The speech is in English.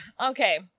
Okay